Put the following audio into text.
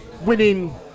winning